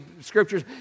scriptures